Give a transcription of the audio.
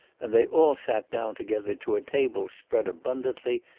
and they all sat down together to a table spread abundantly,